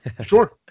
Sure